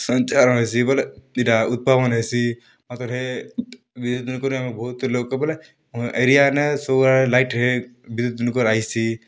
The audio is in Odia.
ସଞ୍ଚାର୍ ହେସି ବଏଲେ ଇଟା ଉତ୍ପାବନ ହେସି ମାତର୍ ହେ ବିଦ୍ୟୁତ୍ ନୁ କରି ଆମେ ବୋହୁତ୍ ଲୋକ୍ ବୋଲେ ଆମ ଏରିଆନେ ସବୁ ଆଡ଼େ ଲାଇଟ୍ ହେ ବିଦ୍ୟୁତ୍ନୁ କର୍ ଆଇସି